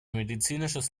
medizinisches